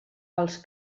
als